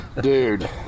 dude